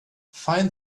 find